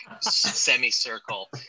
semi-circle